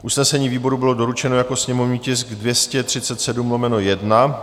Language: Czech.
K usnesení výboru bylo doručeno jako sněmovní tisk 237/1.